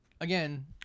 Again